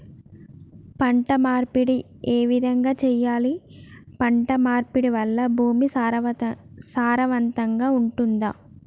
పంట మార్పిడి ఏ విధంగా చెయ్యాలి? పంట మార్పిడి వల్ల భూమి సారవంతంగా ఉంటదా?